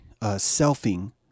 selfing